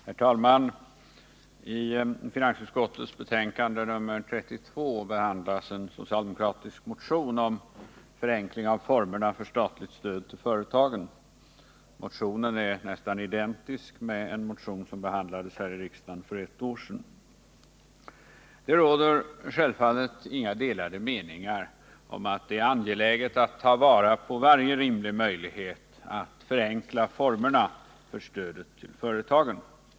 Herr talman! I finansutskottets betänkande nr 32 behandlas en socialdemokratisk motion om förenkling av formerna för statligt stöd till företagen. Motionen är nästan identisk med den motion som behandlades här i riksdagen för ett år sedan. Det råder självfallet inga delade meningar om att det är angeläget att ta till vara varje möjlighet att förenkla formerna för stödet till företagen.